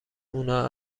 اونا